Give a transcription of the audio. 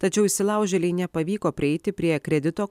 tačiau įsilaužėlei nepavyko prieiti prie kredito